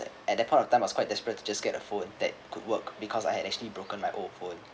at that point of time was quite desperate to just get a phone that could work because I had actually broken my old phone